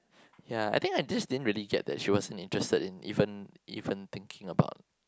yeah I think I just didn't really get that she wasn't interested in even even thinking about